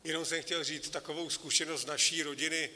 Jenom jsem chtěl říct takovou zkušenost z naší rodiny.